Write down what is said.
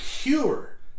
cure